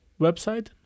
website